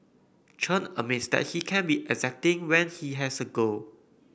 Chen admits that he can be exacting when he has a goal